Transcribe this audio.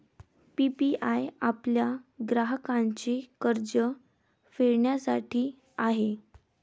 PPI आपल्या ग्राहकांचे कर्ज फेडण्यासाठी आहे